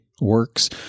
works